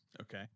Okay